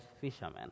fishermen